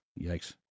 Yikes